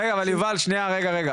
רגע אבל יובל שנייה, רגע.